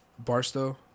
Barstow